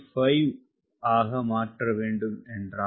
5 ஆக மாற்றவேண்டும் என்றால்